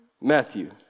Matthew